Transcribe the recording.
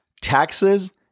Taxes